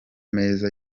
meza